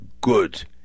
good